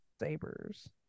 Sabers